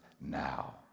now